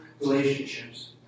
relationships